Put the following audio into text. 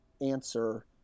answer